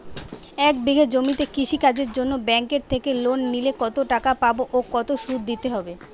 এক বিঘে জমিতে কৃষি কাজের জন্য ব্যাঙ্কের থেকে লোন নিলে কত টাকা পাবো ও কত শুধু দিতে হবে?